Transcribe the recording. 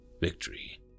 victory